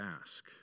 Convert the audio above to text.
ask